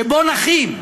שבו נחים,